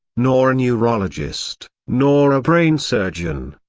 nor a neurologist, nor a brain surgeon,